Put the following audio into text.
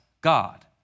God